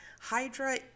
hydra